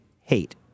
hate